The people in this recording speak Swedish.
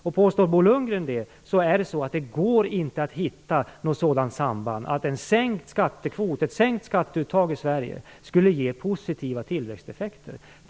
Om Bo Lundgren påstår detta vill jag säga att det inte går att finna något samband mellan ett sänkt skatteuttag i Sverige och positiva tillväxteffekter.